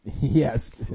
Yes